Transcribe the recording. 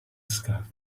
scarf